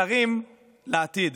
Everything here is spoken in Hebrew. שרים לעתיד